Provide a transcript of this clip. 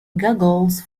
goggles